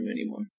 anymore